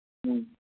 ꯎꯝ